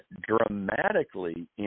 dramatically